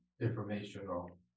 informational